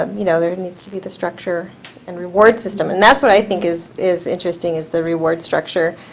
um you know, there needs to be the structure and reward system, and that's what i think is is interesting, is the reward structure.